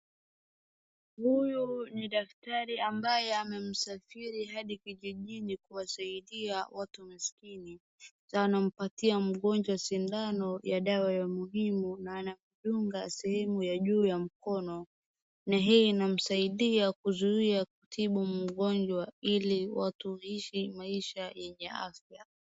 Huyu ni daktari ambaye amemsafiri hadi kijijini kuwasaidia watu maskini. Aanampatia mgonjwa sindano ya dawa ya muhimu na anadunga sehemu ya juu ya mkono, na hii inamsaidia kuzuia kutibu mgonjwa ili watu ishi maisha yenye afya.